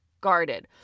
guarded